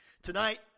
Tonight